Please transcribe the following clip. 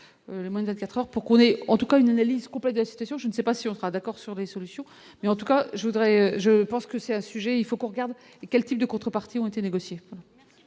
moins de 24 heures pour qu'on est en tout cas une analyse complète de la situation, je ne sais pas si on sera d'accord sur les solutions, mais en tout cas je voudrais, je pense que c'est un sujet, il faut qu'on regarde et quel type de contrepartie ont été négociés.